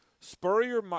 Spurrier